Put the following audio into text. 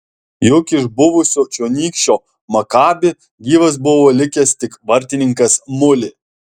juk iš buvusio čionykščio makabi gyvas buvo likęs tik vartininkas mulė